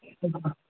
okay ma'am